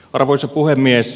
arvoisa puhemies